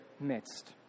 midst